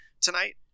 tonight